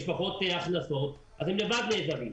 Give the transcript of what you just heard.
יש פחות הכנסות והם לבד נעזבים.